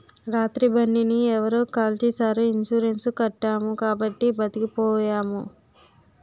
రాత్రి బండిని ఎవరో కాల్చీసారు ఇన్సూరెన్సు కట్టాము కాబట్టి బతికిపోయాము